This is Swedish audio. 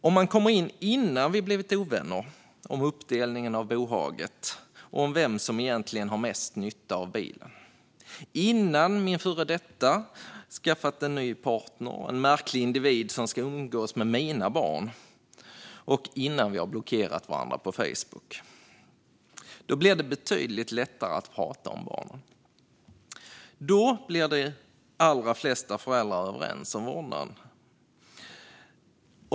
Om man kommer in innan vi blivit ovänner om uppdelningen av bohaget och om vem som egentligen har mest nytta av bilen, innan min före detta har skaffat en ny partner, en märklig individ som ska umgås med mina barn, och innan vi har blockerat varandra på Facebook blir det betydligt lättare att prata om barnen. Då blir de allra flesta föräldrar överens om vårdnaden.